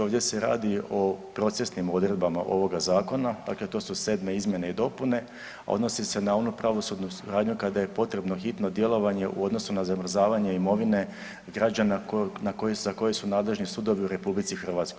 Ovdje se radi o procesnim odredbama ovoga zakona, dakle to su sedme izmjene i dopune, a odnosi se na onu pravnu suradnju kada je potrebno hitno djelovanje u odnosu na zamrzavanje imovine građana za koje su nadležni sudovi u RH.